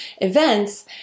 events